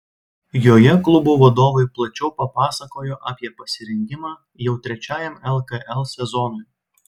joje klubų vadovai plačiau papasakojo apie pasirengimą jau trečiajam lkl sezonui